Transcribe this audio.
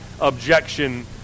objection